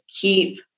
keep